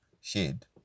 shade